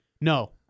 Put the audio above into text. No